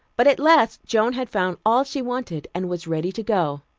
but at last joan had found all she wanted and was ready to go.